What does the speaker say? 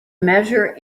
measure